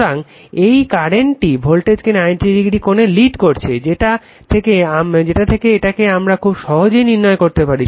সুতরাং এই কারেন্টটি ভোল্টেজকে 90° কোণে লিড করছে যেটা থেকে এটাকে আমারা খুব সহজেই নির্ণয় করতে পারি